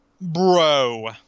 Bro